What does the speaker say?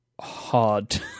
hard